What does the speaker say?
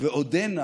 ועודנה